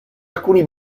alcuni